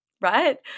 right